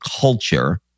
culture